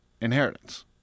inheritance